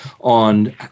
on